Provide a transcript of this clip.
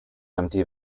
empty